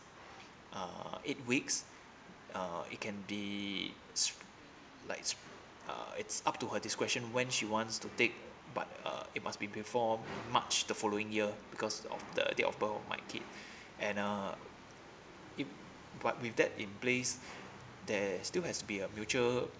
uh eight weeks uh it can be s~ like s~ uh it's up to her this question when she wants to take but uh it must be before march the following year because of the date of birth of my kid and uh it but with that in place there still has to be a mutual